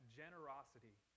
generosity